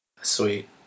Sweet